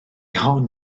hon